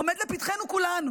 עומד לפתחנו כולנו,